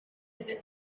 sind